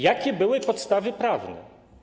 Jakie były podstawy prawne?